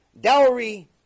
dowry